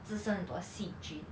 滋生很多细菌